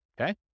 okay